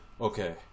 Okay